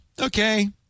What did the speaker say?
Okay